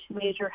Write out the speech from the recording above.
major